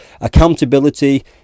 accountability